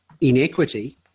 inequity